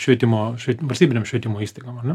švietimo švie valstybinėm švietimo įstaigom ar ne